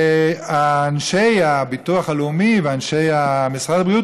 אנשי הביטוח הלאומי ואנשי משרד הבריאות